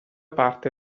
parte